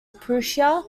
prussia